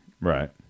right